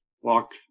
walk